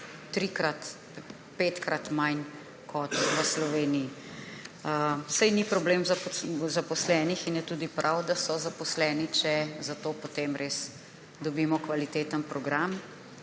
trikrat, petkrat manj kot v Sloveniji. Saj ni problem v zaposlenih in je tudi prav, da so zaposleni, če zato potem res dobimo kvaliteten program.